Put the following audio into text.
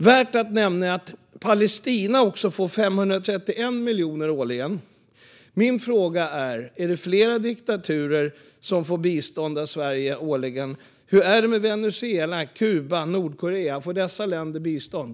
Värt att nämna är att Palestina får 531 miljoner årligen. Är det fler diktaturer som får bistånd av Sverige årligen? Hur är det med Venezuela, Kuba och Nordkorea? Får dessa länder bistånd?